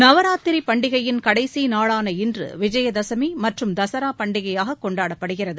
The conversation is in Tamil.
நவராத்திரி பண்டிகையின் கடைசி நாளான இன்று விஜய தசுமி மற்றும் தஸ்ரா பண்டிகையாக கொண்டாடப்படுகிறது